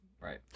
Right